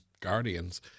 guardians